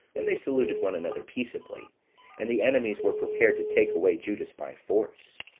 and they saluted one another peaceably and the enemies were prepared to take away judas by force.